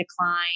decline